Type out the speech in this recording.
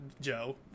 joe